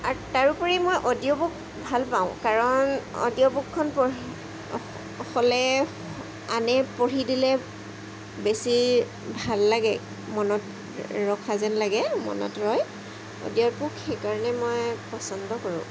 R তাৰোপৰি মই audiobook ভাল পাওঁ কাৰণ অডিঅ'বুকখন পঢ়ে হ'লে আনে পঢ়ি দিলে বেছি ভাল লাগে মনত ৰখা যেন লাগে মনত ৰয় অডিঅ'বুক সেইকাৰণে মই পচন্দ কৰোঁ